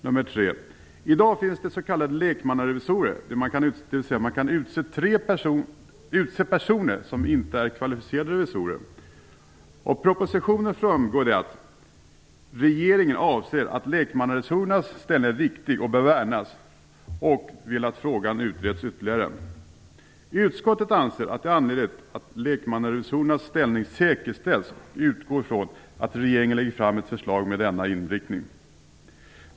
För det tredje finns i dag s.k. lekmannarevisorer, dvs. man kan utse personer som inte är kvalificerade revisorer. Av propositionen framgår det att regeringen anser att lekmannarevisorernas ställning är viktig och bör värnas och vill att frågan utreds ytterligare. Utskottet anser det angeläget att lekmannarevisorernas ställning säkerställs och utgår från att regeringen lägger fram ett förslag med denna inriktning.